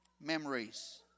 memories